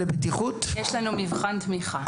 יש לנו מבחן תמיכה.